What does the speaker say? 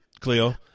Cleo